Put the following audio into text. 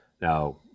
Now